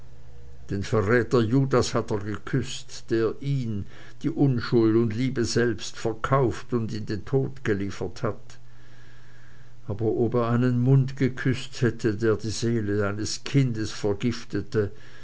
den verräter judas hat er geküßt der ihn die unschuld und liebe selbst verkauft und in den tod geliefert hat aber ob er einen mund geküßt hätte der die seele seines kindes vergiftete